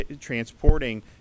transporting